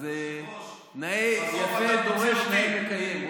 יפה דורש, נאה מקיים.